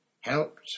Helped